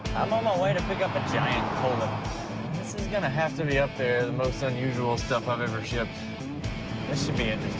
i'm on my way to pick up a giant cola this is gonna have to be up there the most unusual stuff i've ever shipped this should be